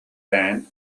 band